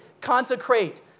consecrate